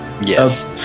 Yes